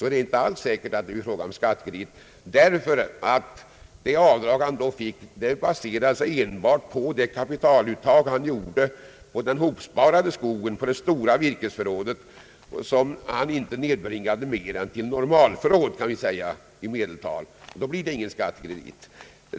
Det är inte alls säkert att det blir fråga om skattekredit, ty det avdrag han fick baserar sig enbart på det kapitaluttag han gjorde på den hopsparade skogen, det stora virkesförrådet, som han inte nedbringade mer än till normalförråd i medeltal. Då blir det som sagt ingen skattekredit.